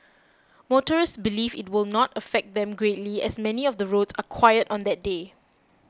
motorists believe it will not affect them greatly as many of the roads are quiet on that day